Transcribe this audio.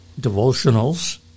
devotionals